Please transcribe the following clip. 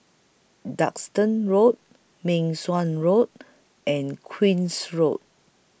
Duxton Road Meng Suan Road and Queen's Road